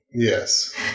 Yes